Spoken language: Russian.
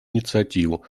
инициативу